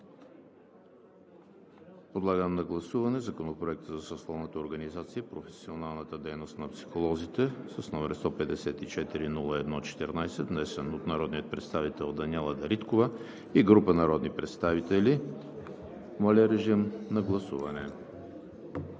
Подлагам на гласуване Законопроект за съсловната организация и професионалната дейност на психолозите, № 154 01 14, внесен от народния представител Даниела Дариткова и група народни представители. Гласували